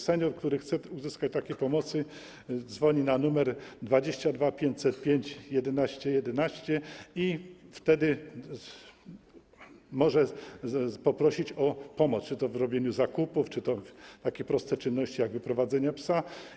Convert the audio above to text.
Senior, który chce uzyskać taką pomoc, dzwoni pod numer telefonu 22 505 11 11 i wtedy może poprosić o pomoc, czy to w robieniu zakupów, czy to przy takich prostych czynnościach jak wyprowadzenie psa.